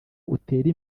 utere